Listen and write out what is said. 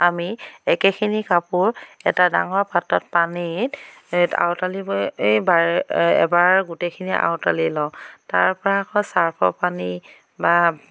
আমি একেখিনি কাপোৰ এটা ডাঙৰ পাত্ৰত পানীত আউডালি এই এবাৰ গোটেইখিনি আউডালি লওঁ তাৰপৰা আকৌ চাৰ্ফৰ পানী বা